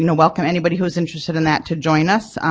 you know welcome anybody who is interested in that to join us